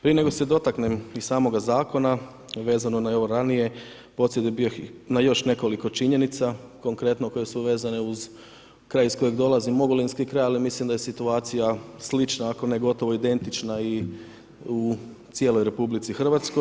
Prije, nego se dotaknem i samoga zakona vezano i na ovo ranije …/nerazumljivo/… je bio na još nekoliko činjenica konkretno koje su vezane uz kraj iz kojeg dolazim, ogulinski kraj, ali mislim da je situacija slična ako ne gotovo identična i u cijelo RH.